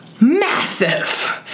massive